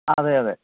അതെയതെ